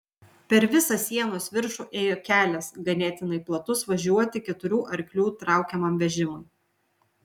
per visą sienos viršų ėjo kelias ganėtinai platus važiuoti keturių arklių traukiamam vežimui